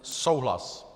Souhlas.